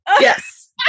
yes